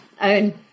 own